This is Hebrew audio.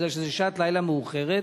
כי זו שעת לילה מאוחרת,